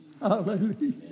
Hallelujah